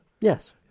Yes